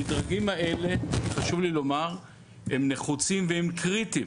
חשוב לי לומר שהמדרגים האלה נחוצים וקריטיים